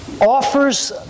offers